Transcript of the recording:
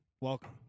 Welcome